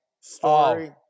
story